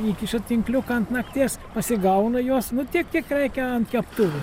įkiša tinkliuką ant nakties pasigauna jos nu tiek kiek reikia ant keptuvė